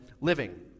living